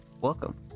welcome